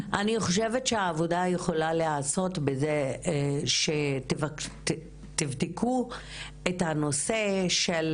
אני חושבת שהעבודה יכולה להיעשות בזה שתבדקו את הנושא של